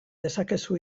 dezakezu